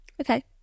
Okay